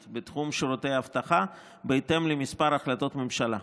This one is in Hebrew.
בתחום שירותי אבטחה בהתאם לכמה החלטות ממשלה.